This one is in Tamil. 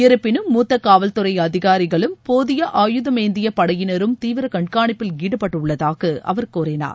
இருப்பினும் மூத்த காவல்துறை அதிகாரிகளும் போதிய ஆயுதமேந்திய படையினரும் தீவிர கண்காணிப்பில் ஈடுபட்டுள்ளதாக அவர் கூறினார்